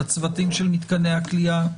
לצוותים של מתקני הכליאה.